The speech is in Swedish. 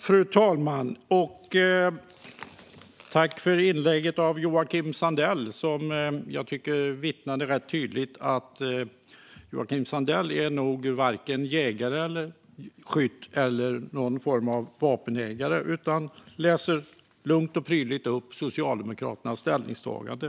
Fru talman! Jag tackar Joakim Sandell för inlägget, som jag tycker rätt tydligt vittnade om att Joakim Sandell nog varken är jägare, skytt eller någon form av vapenägare. I stället läser han lugnt och prydligt upp Socialdemokraternas ställningstagande.